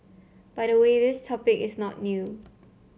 by the way this topic is not new